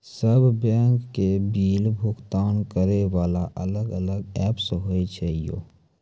सब बैंक के बिल भुगतान करे वाला अलग अलग ऐप्स होय छै यो?